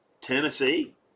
Tennessee